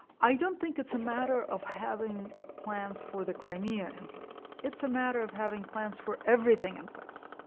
i don't think it's a matter of having plans for the crimea in place. it's a matter of having plans for everything in place.